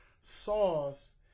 sauce